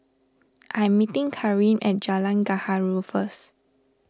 I am meeting Kareem at Jalan Gaharu first